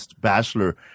bachelor